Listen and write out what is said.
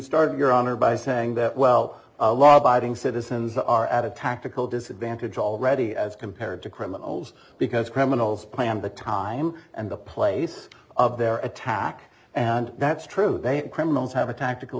start your honor by saying that well law abiding citizens are at a tactical disadvantage already as compared to criminals because criminals planned the time and the place of their attack and that's true they criminals have a tactical